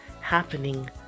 happening